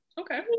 Okay